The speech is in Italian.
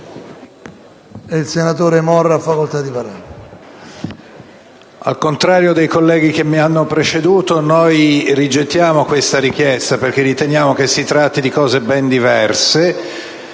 al contrario dei colleghi che mi hanno preceduto, noi rigettiamo questa richiesta perché riteniamo che si tratti di questioni ben diverse.